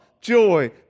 joy